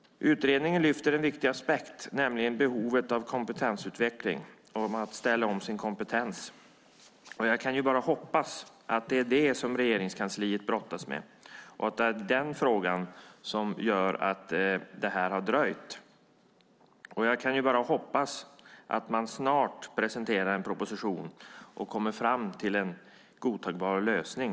Utredningen lyfter fram en viktig aspekt, nämligen behovet av kompetensutveckling och att ställa om sin kompetens. Jag kan bara hoppas att det är det som Regeringskansliet brottas med och att det är den frågan som gör att det här har dröjt. Och jag kan bara hoppas att man snart presenterar en proposition och kommer fram till en godtagbar lösning.